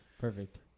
Perfect